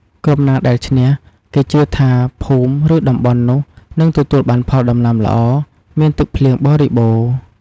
ក្រុមណាដែលឈ្នះ គេជឿថាភូមិ ឬតំបន់នោះនឹងទទួលបានផលដំណាំល្អ មានទឹកភ្លៀងបរិបូរណ៍។